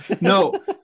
no